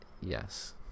Yes